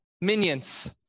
minions